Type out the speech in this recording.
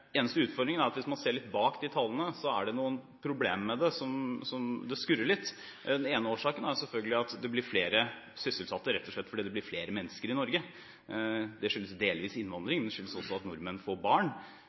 Utfordringen er at hvis man ser litt bak disse tallene, er det noen problemer med dem – det skurrer litt. Den ene årsaken er selvfølgelig at det blir flere sysselsatte rett og slett fordi det blir flere mennesker i Norge. Det skyldes delvis innvandring, og det skyldes også at nordmenn får barn.